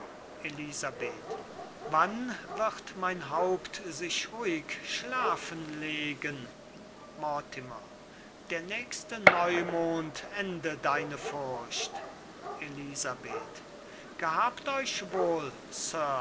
elisabeth wann wird mein haupt sich ruhig schlafen legen mortimer der nächste neumond ende deine furcht elisabeth gehabt euch wohl